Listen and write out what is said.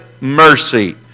mercy